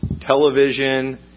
television